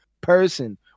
person